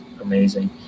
amazing